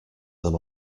them